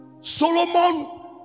Solomon